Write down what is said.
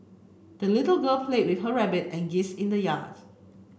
the little girl played with her rabbit and geese in the yards